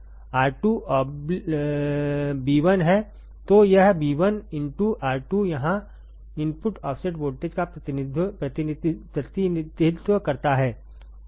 तो यह Ib1 R2यहां इनपुट ऑफसेट वोल्टेज का प्रतिनिधित्व करता है